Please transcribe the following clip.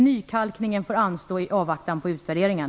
Nykalkningen får anstå i avvaktan på utvärderingen.